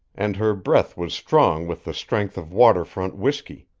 and her breath was strong with the strength of water-front whisky.